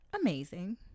amazing